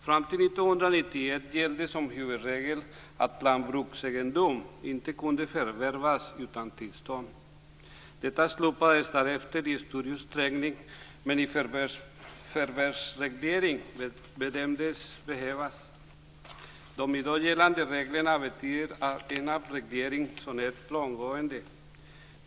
Fram till 1991 gällde som huvudregel att lantbruksegendom inte kunde förvärvas utan tillstånd. Detta slopades därefter i stor utsträckning, men en förvärvsreglering bedömdes behövas. De i dag gällande reglerna betyder en avreglering som är långtgående.